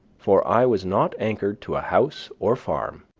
for i was not anchored to a house or farm,